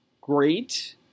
great